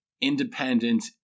Independent